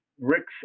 Rick's